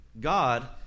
God